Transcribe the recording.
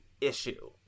issue